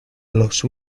los